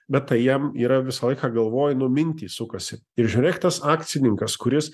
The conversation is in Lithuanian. bet tai jam yra visą laiką galvoje nu mintys sukasi ir žiūrėk tas akcininkas kuris